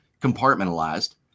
compartmentalized